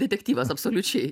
detektyvas absoliučiai